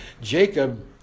Jacob